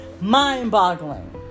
mind-boggling